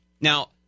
Now